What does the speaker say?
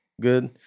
good